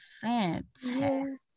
Fantastic